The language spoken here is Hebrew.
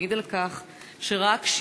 לקריאה ראשונה.